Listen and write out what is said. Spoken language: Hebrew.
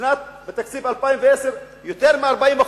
בשנת התקציב 2010, יותר מ-40%.